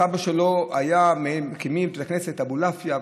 הסבא שלו היה מהמקימים של בית הכנסת אבולעפיה,